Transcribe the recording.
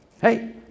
Hey